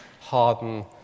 harden